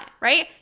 Right